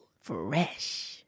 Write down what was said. Fresh